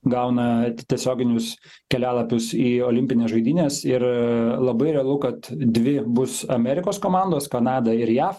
gauna tiesioginius kelialapius į olimpines žaidynes ir labai realu kad dvi bus amerikos komandos kanada ir jav